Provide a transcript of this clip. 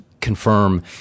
confirm